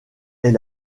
est